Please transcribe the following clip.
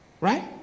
Right